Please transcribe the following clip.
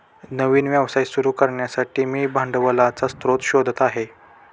नवीन व्यवसाय सुरू करण्यासाठी मी भांडवलाचा स्रोत शोधत आहे